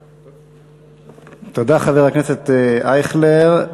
תודה, חבר הכנסת אייכלר.